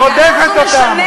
בבקשה, חבר הכנסת גפני.